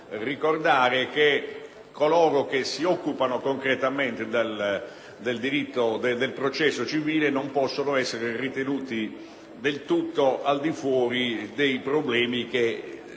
anche che coloro che si occupano concretamente del processo civile non possano essere ritenuti del tutto al di fuori dei problemi di